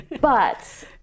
But-